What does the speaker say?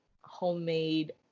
homemade